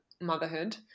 motherhood